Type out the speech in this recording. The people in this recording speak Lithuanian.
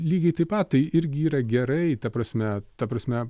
lygiai taip pat tai irgi yra gerai ta prasme ta prasme